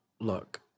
look